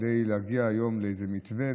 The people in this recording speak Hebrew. כדי להגיע היום לאיזה מתווה.